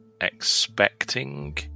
expecting